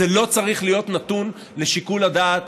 זה לא צריך להיות נתון לשיקול הדעת